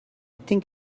think